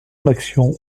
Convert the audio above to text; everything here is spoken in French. l’action